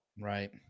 Right